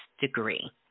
degree